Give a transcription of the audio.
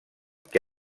que